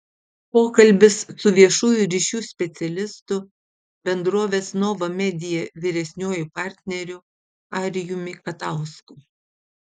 pokalbis su viešųjų ryšių specialistu bendrovės nova media vyresniuoju partneriu arijumi katausku